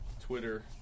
Twitter